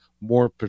more